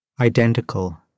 Identical